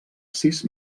sis